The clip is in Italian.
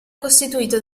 costituito